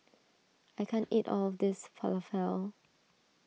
I can't eat all of this Falafel